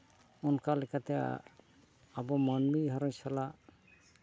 ᱚᱱᱠᱟ ᱞᱮᱠᱟᱛᱮ ᱟᱵᱚ ᱢᱟᱹᱱᱢᱤ ᱜᱷᱟᱨᱚᱸᱡᱽ ᱥᱟᱞᱟᱜ